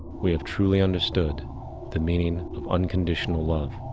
we have truly understood the meaning of unconditional love.